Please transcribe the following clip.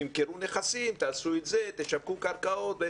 תמכרו נכסים, תעשו את זה, תשקעו קרקעות.